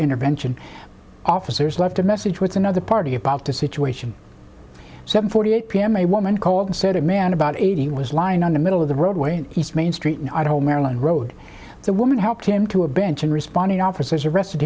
intervention officers left a message with another party about the situation seven forty eight pm a woman called and said a man about eighty was lying on the middle of the roadway in east main street in idaho marilyn rode the woman helped him to a bench and responding officers arrested